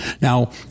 Now